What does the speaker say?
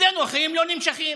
אצלנו החיים לא נמשכים.